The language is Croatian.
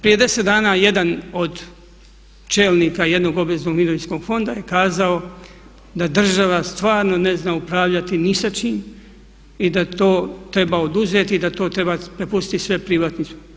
Prije 10 dana jedan od čelnika jednog obveznog mirovinskog fonda je kazao da država stvarno ne zna upravljati ni sa čim i da to treba oduzeti i da to treba prepustiti sve privatnicima.